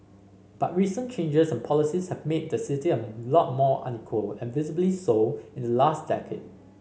but recent changes and policies have made the city a lot more unequal and visibly so in the last decade